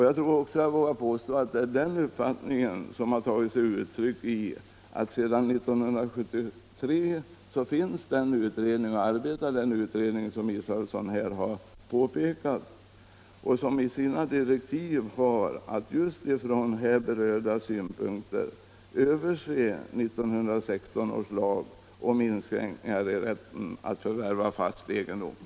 Jag tror också jag vågar påstå att det är den uppfattningen som tagit sig uttryck i att det sedan 1973 finns, som herr Israelsson påpekat, en utredning som i sina direktiv har att ifrån här berörda synpunkter överse 1916 års lag om inskränkningar i rätten att förvärva fast egendom.